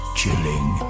chilling